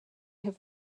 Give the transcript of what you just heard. have